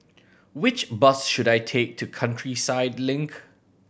which bus should I take to Countryside Link